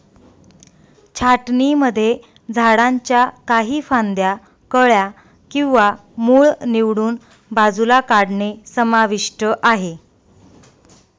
छाटणीमध्ये झाडांच्या काही फांद्या, कळ्या किंवा मूळ निवडून बाजूला काढणे समाविष्ट आहे